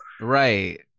Right